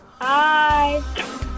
hi